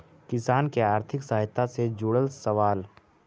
किसान के आर्थिक सहायता से जुड़ल सवाल?